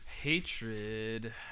Hatred